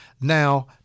Now